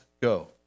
go